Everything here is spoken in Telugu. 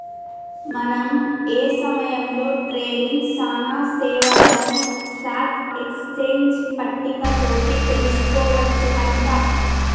మనం ఏ సమయంలో ట్రేడింగ్ సానా సేవలను స్టాక్ ఎక్స్చేంజ్ పట్టిక తోటి తెలుసుకోవచ్చు అంట